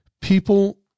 people